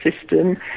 system